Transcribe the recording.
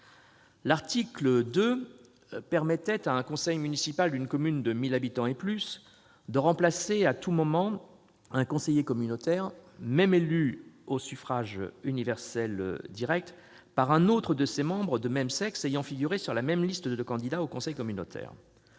L'article 2 permettait à un conseil municipal d'une commune de 1 000 habitants et plus de remplacer à tout moment un conseiller communautaire, même élu au suffrage universel direct, par un autre de ses membres de même sexe ayant figuré sur la même liste de candidats au conseil communautaire.